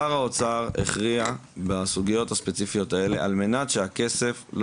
שר האוצר הכריע בסוגיות הספציפיות האלה על מנת שהכסף לא